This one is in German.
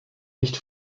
nicht